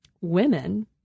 Women